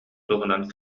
туһунан